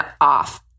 off